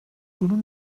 bunun